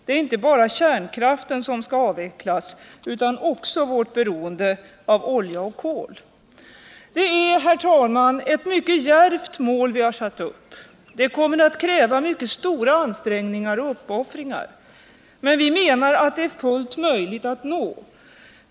Det är inte bara kärnkraften som skall avvecklas, utan också vårt beroende av olja och kol. Det är, herr talman, ett mycket djärvt mål vi har satt upp. Det kommer att kräva mycket stora ansträngningar och uppoffringar, men vi menar att det är fullt möjligt att uppnå.